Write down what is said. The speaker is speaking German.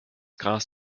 gras